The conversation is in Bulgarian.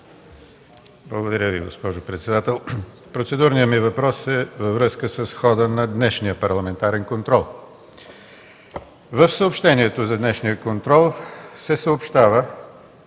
Благодаря Ви, госпожо председател. Процедурният ми въпрос е във връзка с хода на днешния парламентарен контрол. В съобщението за днешния контрол се съобщава,